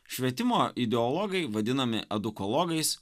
švietimo ideologai vadinami edukologais